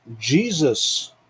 Jesus